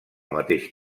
mateix